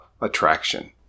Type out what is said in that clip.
attraction